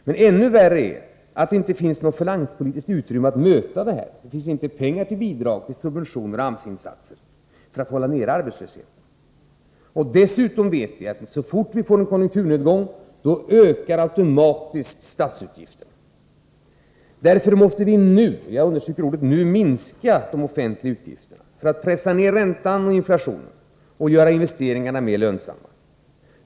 Men ännu värre är att det inte finns något finanspolitiskt utrymme att möta detta. Det finns inte pengar till bidrag, subventioner och AMS-insatser för att hålla nere arbetslösheten. Dessutom vet vi att så fort vi får en konjunkturnedgång ökar automatiskt statsutgifterna. Därför måste vi nu minska de offentliga utgifterna för att kunna pressa ner räntan och inflationen och göra investeringarna mer lönsamma.